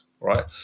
right